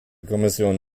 kommission